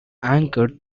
anchor